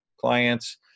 clients